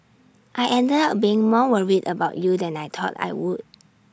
I ended up being more worried about you than I thought I would